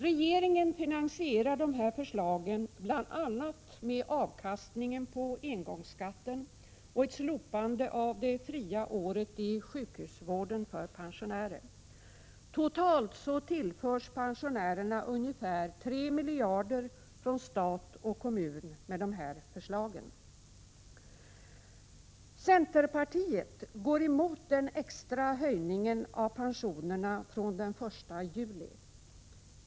Regeringen finansierar dessa förslag bl.a. med avkastningen på engångsskatten och ett slopande av det fria året i sjukhusvården för pensionärer. Totalt tillförs pensionärerna ungefär 3 miljarder från stat och kommun med de här förslagen. Centerpartiet går emot den extra höjningen av pensionerna från den 1 juli.